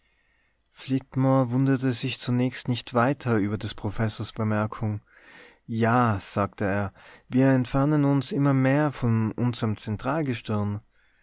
flitmore wunderte sich zunächst nicht weiter über des professors bemerkung ja sagte er wir entfernen uns immer mehr von unserm